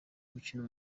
gukina